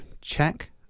check